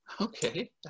Okay